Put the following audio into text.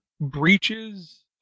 breaches